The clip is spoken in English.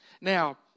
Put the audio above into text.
Now